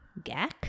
Gak